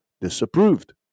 disapproved